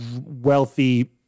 wealthy